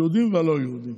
היהודים והלא-יהודים.